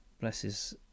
blesses